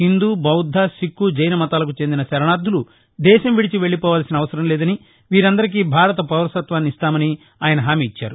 హిందు బౌద్ద సిక్కు జైన మతాలకు చెందిన శరణార్దులు దేశం విదిచి వెళ్లిపోవాల్సిన అవసరం లేదని వీరందరికీ భారత పౌరసత్వాన్ని ఇస్తామని ఆయన హామీ ఇచ్చారు